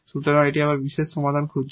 সুতরাং আমরা একটি পার্টিকুলার সমাধান খুঁজছি